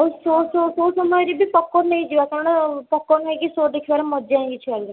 ଆଉ ସୋ ସମୟରେ ବି ପପ୍କର୍ଣ୍ଣ ନେଇଯିବା କ'ଣ ପପ୍କର୍ଣ୍ଣ ଖାଇକି ସୋ ଦେଖିବାର ମଜା ହିଁ କିଛି ଅଲଗା